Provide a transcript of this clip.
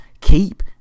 keep